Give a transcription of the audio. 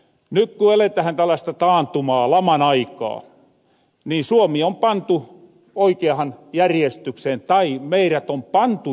ny ku eletähän tällaista taantumaa laman aikaa niin suomi on pantu oikeahan järjestykseen tai meirät on pantu järjestykseen